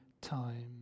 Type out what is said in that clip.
time